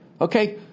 okay